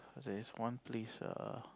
there is one place err